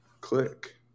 click